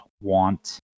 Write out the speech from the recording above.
want